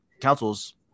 councils